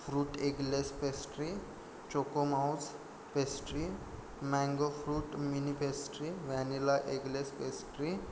fruit eggless pastry choco mousse pastry mango fruit mini pastry vanilla eggless pastry